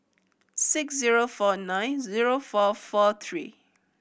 six zero four nine zero four four three